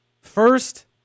First